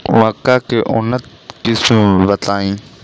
मक्का के उन्नत किस्म बताई?